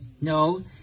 No